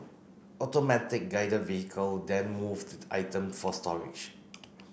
automatic Guided Vehicle then move the item for storage